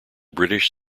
british